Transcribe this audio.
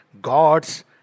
God's